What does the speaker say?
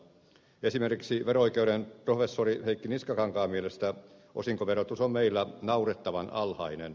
esimerkiksi vero oikeuden professori heikki niskakankaan mielestä osinkoverotus on meillä naurettavan alhainen